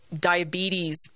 diabetes